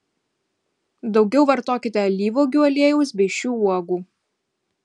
daugiau vartokite alyvuogių aliejaus bei šių uogų